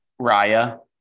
Raya